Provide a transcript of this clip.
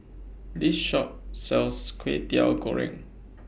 This Shop sells Kway Teow Goreng